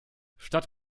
statt